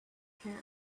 camp